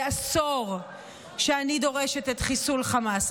זה עשור שאני דורשת את חיסול חמאס,